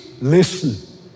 listen